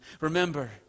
Remember